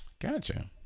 gotcha